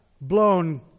blown